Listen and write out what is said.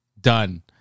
done